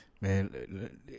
Man